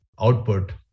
output